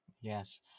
Yes